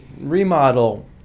remodel